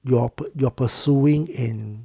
you are you're pursuing in